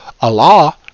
Allah